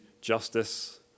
justice